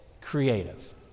creative